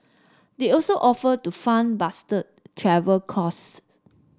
they also offered to fund Bastard travel costs